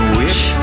wish